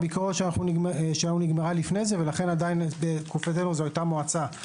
הביקורת שלנו הסתיימה לפני כן ולכן עדיין בתקופתנו זו הייתה מועצה.